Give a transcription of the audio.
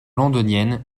londonienne